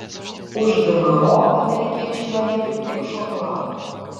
už gmo amerikiečiai norėtų tik šokolado